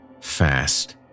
fast